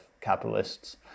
capitalists